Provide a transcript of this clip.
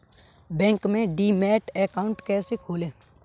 Bank में demat account कैसे खोलें?